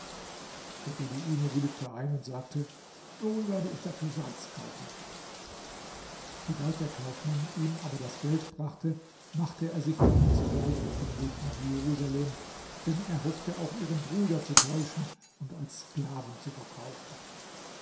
der beduine willigte ein und sagte nun werde ich dafür salz kaufen sobald der kaufmann ihm aber das geld brachte machte er sich damit sogleich auf den weg nach jerusalem denn er hoffte auch ihren bruder zu täuschen und als sklaven zu verkaufen